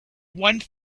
one